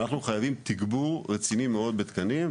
אנחנו חייבים תגבור רציני מאוד בתקנים,